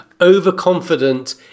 overconfident